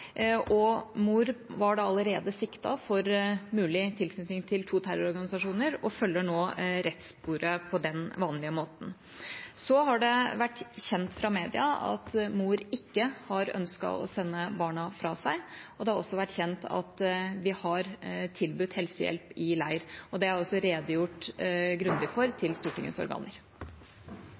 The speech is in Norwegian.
Mor var allerede siktet for mulig tilknytning til to terrororganisasjoner og følger nå rettssporet på den vanlige måten. Det har vært kjent fra media at mor ikke har ønsket å sende barna fra seg, og det har også vært kjent at vi har tilbudt helsehjelp i leir. Det har jeg også redegjort grundig for til Stortingets organer.